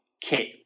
kit